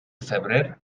febrer